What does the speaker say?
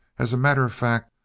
as a matter of fact,